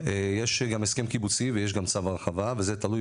יש גם הסכם קיבוצי ויש גם צו הרחבה וזה תלוי